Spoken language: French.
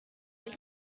des